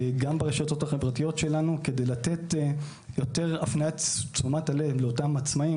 גם ברשתות החברתיות שלנו כדי לתת יותר הפניית תשומת הלב לאותם עצמאיים